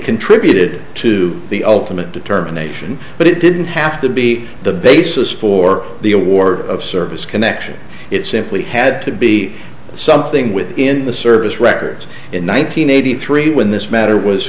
contributed to the ultimate determination but it didn't have to be the basis for the a war of service connection it simply had to be something with in the service records in one thousand nine hundred three when this matter was